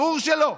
ברור שלא.